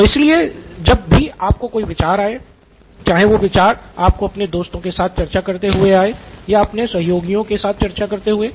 तो इसलिए जब भी आपको कोई विचार आए चाहे वो विचार आपको अपने दोस्तों के साथ चर्चा करते हुए आए या अपने सहयोगियों के साथ चर्चा करते हुए